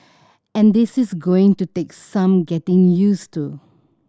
and this is going to take some getting use to